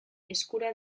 eskura